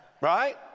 Right